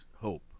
Hope